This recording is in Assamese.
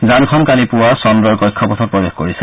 যানখন কালি পুৱা চন্দ্ৰৰ কক্ষপথত প্ৰৱেশ কৰিছে